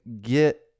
get